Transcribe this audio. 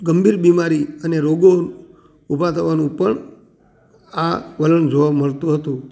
ગંભીર બીમારી અને રોગો ઉભા થવાનું પણ આ વલણ જોવા મળતું હતું